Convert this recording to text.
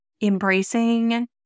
embracing